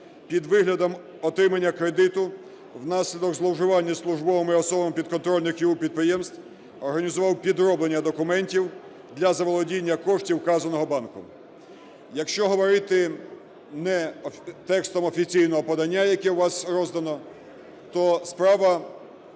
під виглядом отримання кредиту, внаслідок зловживання службовими особами підконтрольних йому підприємств організував підроблення документів для заволодіння коштів вказаного банку. Якщо говорити не текстом офіційного подання, яке у вас роздано, то справа